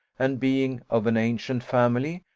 and being of an ancient family,